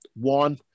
one